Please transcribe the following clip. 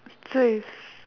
so you